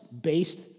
based